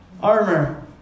armor